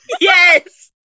Yes